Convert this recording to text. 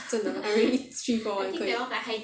真的 I really eat three four [one] 可以